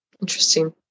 interesting